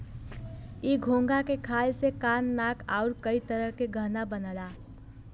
इ घोंघा के खाल से कान नाक आउर कई तरह के गहना बनला